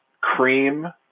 cream